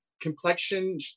complexion